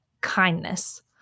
kindness